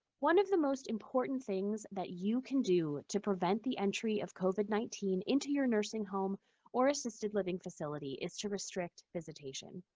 one of the most important things that you can do to prevent the entry of covid nineteen into your nursing home or assisted living facility is to restrict visitation.